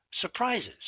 surprises